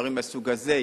דברים מהסוג הזה,